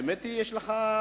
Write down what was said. האמת היא, יש לך סבלנות.